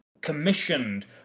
commissioned